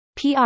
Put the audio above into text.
PR